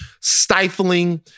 stifling